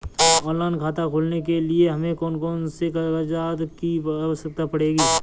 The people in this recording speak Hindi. ऑनलाइन खाता खोलने के लिए हमें कौन कौन से कागजात की आवश्यकता पड़ेगी?